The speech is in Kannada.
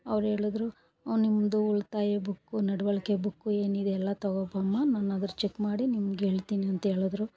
ಅವ್ರೇಳಿದ್ರು ನಿಮ್ಮದು ಉಳಿತಾಯ ಬುಕ್ಕು ನಡವಳಿಕೆ ಬುಕ್ಕು ಏನಿದೆ ಎಲ್ಲ ತೊಗೊಬಾಮ್ಮ ನಾನು ಅದ್ರ ಚೆಕ್ ಮಾಡಿ ನಿಮಗೇಳ್ತಿನಿ ಅಂತೇಳಿದ್ರು